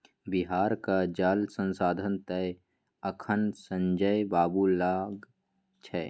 बिहारक जल संसाधन तए अखन संजय बाबू लग छै